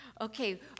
Okay